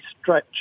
stretch